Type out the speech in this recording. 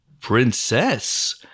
princess